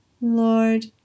Lord